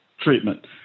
treatment